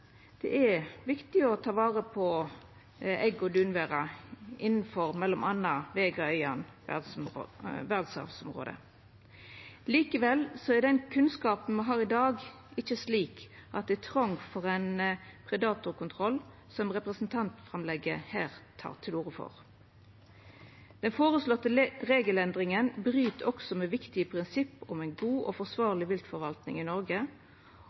innanfor m.a. Vegaøyan verdsarvområde. Likevel er den kunnskapen me har i dag, ikkje slik at det er trong for ein predatorkontroll, som representantframlegget tek til orde for. Den føreslåtte regelendringa bryt også med viktige prinsipp om ei god og forsvarleg viltforvalting i Noreg,